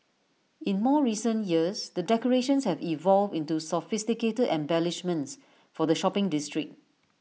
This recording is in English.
in more recent years the decorations have evolved into sophisticated embellishments for the shopping district